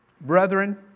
Brethren